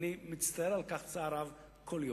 ואני מצטער על כך צער רב כל יום.